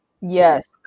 Yes